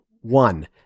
one